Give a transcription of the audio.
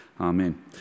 Amen